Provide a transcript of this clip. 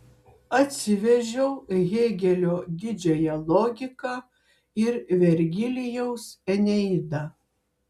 atsivežiau hėgelio didžiąją logiką ir vergilijaus eneidą